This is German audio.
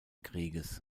krieges